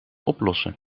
oplossen